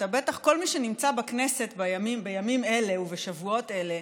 כל מי שנמצא בכנסת בימים אלה ובשבועות אלה,